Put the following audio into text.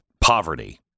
poverty